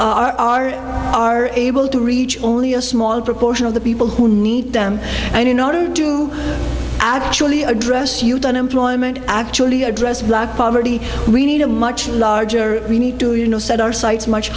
are are able to reach only a small proportion of the people who need them and in order to actually address youth unemployment actually address black poverty we need a much larger we need to you know set our sights much